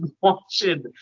watching